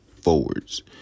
forwards